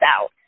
out